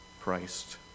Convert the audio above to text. Christ